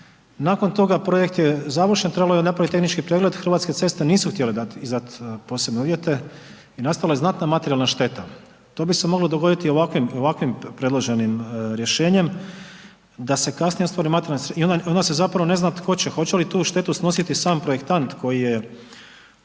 Nakon toga projekt je završen. Trebalo je napraviti tehnički pregled. Hrvatske ceste nisu htjeli izdati posebne uvjete i nastala je znatna materijalna šteta. To bi se moglo dogoditi i ovakvim predloženim rješenjem da se kasnije ostvari materijalna i onda se zapravo ne zna tko će, hoće li tu štetu snositi sam projektant koji je